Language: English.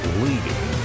leading